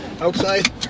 outside